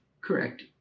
Correct